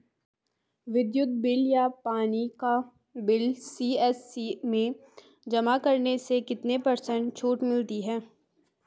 विद्युत बिल या पानी का बिल सी.एस.सी में जमा करने से कितने पर्सेंट छूट मिलती है?